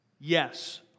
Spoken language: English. Yes